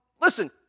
Listen